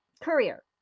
courier